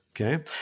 Okay